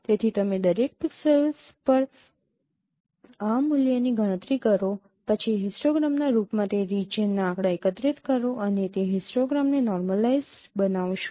તેથી તમે દરેક પિક્સેલ્સ પર આ મૂલ્ય ની ગણતરી કરો પછી હિસ્ટોગ્રામના રૂપમાં તે રિજિયનના આંકડા એકત્રિત કરો અને તે હિસ્ટોગ્રામને નોર્મલાઈજ બનાવશો